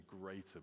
greater